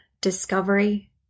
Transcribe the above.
discovery